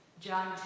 John